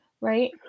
right